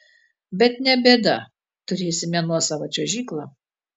bet ne bėda turėsime nuosavą čiuožyklą